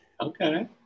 okay